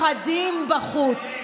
אנשים פוחדים בחוץ.